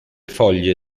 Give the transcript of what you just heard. foglie